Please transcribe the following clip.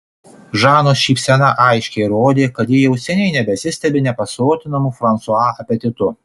žanos šypsena aiškiai rodė kad ji jau seniai nebesistebi nepasotinamu fransua apetitu